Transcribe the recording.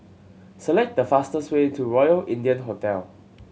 select the fastest way to Royal India Hotel